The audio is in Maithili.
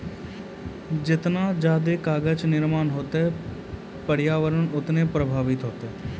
जतना जादे कागज निर्माण होतै प्रर्यावरण उतना ही प्रभाबित होतै